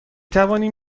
توانیم